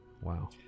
Wow